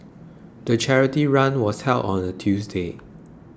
the charity run was held on a Tuesday